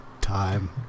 time